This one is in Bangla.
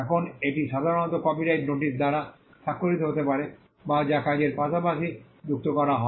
এখন এটি সাধারণত কপিরাইট নোটিশ দ্বারা স্বাক্ষরিত হতে পারে যা কাজের পাশাপাশি যুক্ত করা হয়